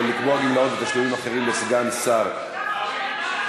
ותשלומים אחרים לסגן שר נתקבלה.